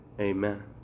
Amen